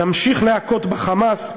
נמשיך להכות ב"חמאס",